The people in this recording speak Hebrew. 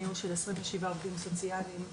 ניהול של 27 עובדים סוציאליים.